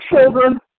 children